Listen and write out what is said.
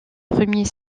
premier